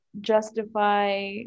justify